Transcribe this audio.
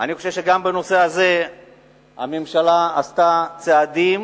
אני חושב שגם בנושא הזה הממשלה עשתה צעדים